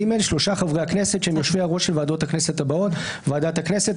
(ג)שלושה חברי הכנסת שהם יושבי הראש של ועדות הכנסת הבאות: ועדת הכנסת,